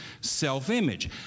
self-image